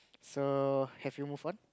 so have you move on